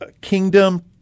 kingdom